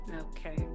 okay